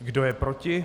Kdo je proti?